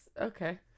Okay